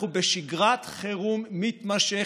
אנחנו בשגרת חירום מתמשכת,